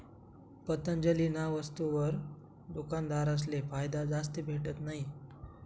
पतंजलीना वस्तुसवर दुकानदारसले फायदा जास्ती भेटत नयी